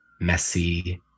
messy